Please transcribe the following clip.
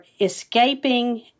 escaping